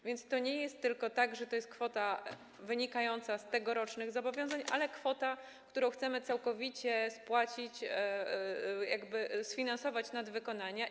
A więc to nie jest tak, że to jest kwota wynikająca z tegorocznych zobowiązań, ale to jest kwota, którą chcemy całkowicie spłacić, jakby sfinansować nadwykonania.